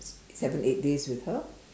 seven eight days with her